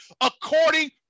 according